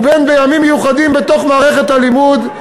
ובין בימים מיוחדים בתוך מערכת הלימוד,